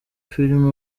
filime